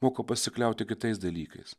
moko pasikliauti kitais dalykais